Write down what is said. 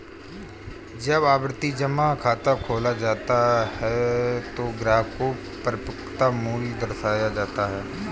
जब आवर्ती जमा खाता खोला जाता है तो ग्राहक को परिपक्वता मूल्य दर्शाया जाता है